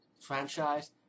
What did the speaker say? franchise